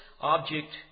object